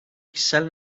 kişisel